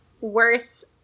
worse